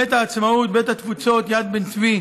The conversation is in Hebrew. בית העצמאות, בית התפוצות, יד בן צבי